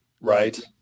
Right